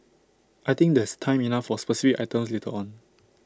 I think there's time enough for specific items later on